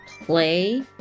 play